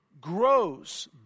grows